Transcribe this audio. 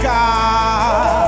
God